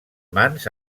mans